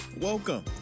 Welcome